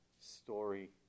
story